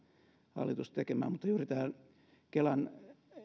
hallitus tekemään mutta juuri tämä kelan